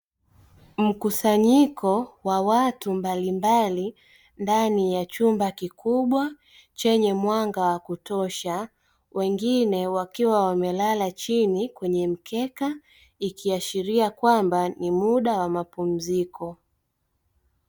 Mkusanyiko wa watu mbalimbali ndani ya chumba kikubwa chenye mwanga wa kutosha, wengine wakiwa wamelala chini kwenye mkeka ikiashiria kwamba ni muda wa mapumziko.